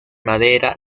madera